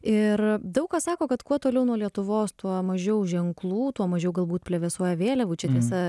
ir daug kas sako kad kuo toliau nuo lietuvos tuo mažiau ženklų tuo mažiau galbūt plevėsuoja vėliavų čia tiesa